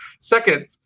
Second